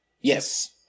Yes